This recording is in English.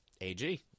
AG